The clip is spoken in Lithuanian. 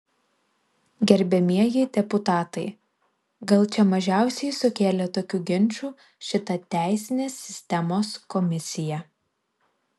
gerbiamieji deputatai gal čia mažiausiai sukėlė tokių ginčų šita teisinės sistemos komisija